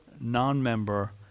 non-member